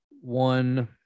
one